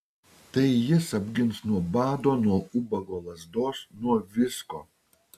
tai jis apgins nuo bado nuo ubago lazdos nuo visko